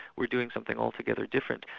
we're doing something altogether different.